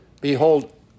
Behold